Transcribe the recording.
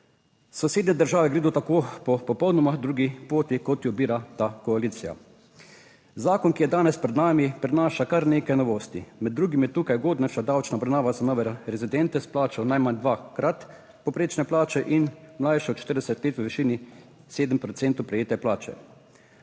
Sosednje države gredo tako po popolnoma drugi poti, kot jo ubira ta koalicija. Zakon, ki je danes pred nami, prinaša kar nekaj novosti. Med drugim je tukaj ugodnejša davčna obravnava za nove rezidente s plačo najmanj dvakrat povprečne plače in mlajše od 40 let v višini 7 procentov prejete plače.